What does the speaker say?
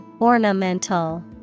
Ornamental